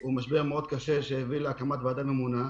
הוא משבר מאוד קשה שהביא להקמת ועדה ממונה.